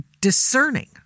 discerning